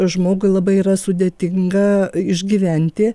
žmogui labai yra sudėtinga išgyventi